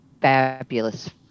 fabulous